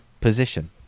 position